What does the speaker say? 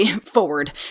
forward